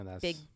big